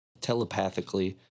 telepathically